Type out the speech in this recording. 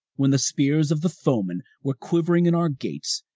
when the spears of the throw men were quivering in our gates,